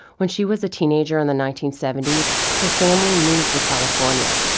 when she was a teenager in the nineteen seventy s, her family moved to california.